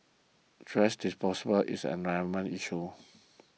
thrash disposal is an environmental issue